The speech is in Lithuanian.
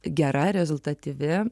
gera rezultatyvi